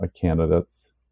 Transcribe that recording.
candidates